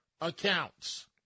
accounts